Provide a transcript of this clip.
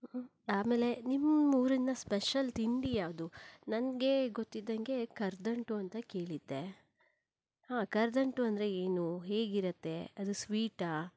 ಆಮೇಲೆ ನಿಮ್ಮೂರಿನ ಸ್ಪೆಷಲ್ ತಿಂಡಿ ಯಾವುದು ನನಗೆ ಗೊತ್ತಿದ್ದಂಗೆ ಕರದಂಟು ಅಂತ ಕೇಳಿದ್ದೆ ಹಾಂ ಕರದಂಟು ಅಂದರೆ ಏನು ಹೇಗಿರತ್ತೆ ಅದು ಸ್ವೀಟಾ